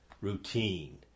routine